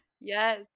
Yes